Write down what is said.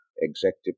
executive